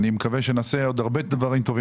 אני מקווה שנעשה עוד הרבה דברים טובים.